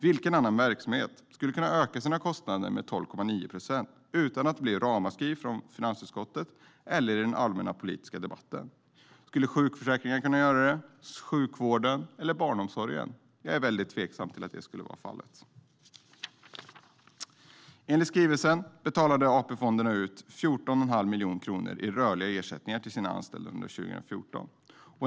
Vilken annan verksamhet skulle kunna öka sina kostnader med 12,9 procent utan att det blir ett ramaskri från finansutskottet eller i den allmänna politiska debatten? Skulle sjukförsäkringen, sjukvården eller barnomsorgen kunna göra det? Jag är mycket tveksam till det. Enligt skrivelsen betalade AP-fonderna ut 14,5 miljoner kronor i rörliga ersättningar till sina anställda under 2014.